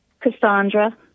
Cassandra